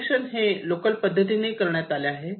connection हे local पद्धतीने करण्यात आले आहे